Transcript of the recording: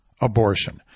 abortion